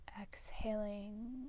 Exhaling